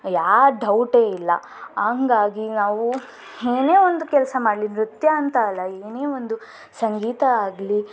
ಯಾವ ಡೌಟೇ ಇಲ್ಲ ಹಂಗಾಗಿ ನಾವು ಏನೇ ಒಂದು ಕೆಲಸ ಮಾಡಲಿ ನೃತ್ಯ ಅಂತ ಅಲ್ಲ ಏನೇ ಒಂದು ಸಂಗೀತ ಆಗಲಿ